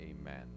amen